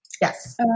Yes